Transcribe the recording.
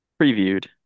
previewed